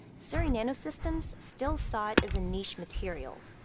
surrey nanosystems still saw it as a niche material.